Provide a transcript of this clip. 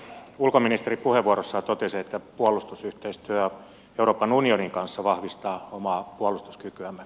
ulkoministeri puheenvuorossaan totesi että puolustusyhteistyö euroopan unionin kanssa vahvistaa omaa puolustuskykyämme